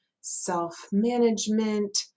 self-management